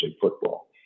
Football